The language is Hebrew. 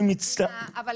אני מצטער.